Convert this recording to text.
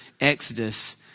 exodus